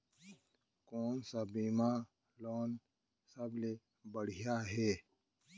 कोन स बीमा लेना सबले बढ़िया हे?